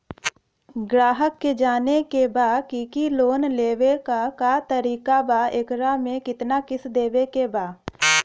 ग्राहक के जाने के बा की की लोन लेवे क का तरीका बा एकरा में कितना किस्त देवे के बा?